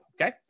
Okay